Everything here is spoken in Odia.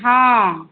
ହଁ